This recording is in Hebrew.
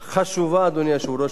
שהיינו צריכים לעשות אותה מזמן.